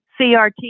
CRT